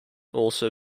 also